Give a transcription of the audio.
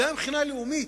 גם מבחינה לאומית,